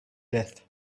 death